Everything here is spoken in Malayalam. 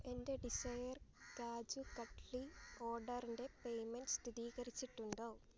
എൻ്റെ ഡിസയർ കാജു കട്ലി ഓർഡറിന്റെ പേയ്മെൻറ്റ് സ്ഥിതീകരിച്ചിട്ടുണ്ടോ